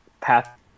path